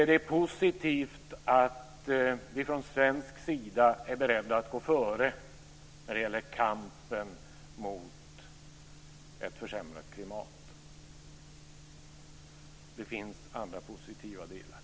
Det är positivt att vi från svensk sida är beredda att gå före när det gäller kampen mot ett försämrat klimat. Det finns andra positiva delar.